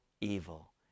evil